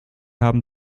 haben